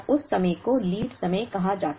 अब उस समय को लीड समय कहा जाता है